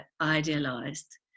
idealized